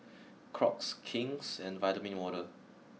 Crocs King's and Vitamin Water